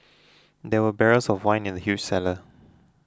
there were barrels of wine in the huge cellar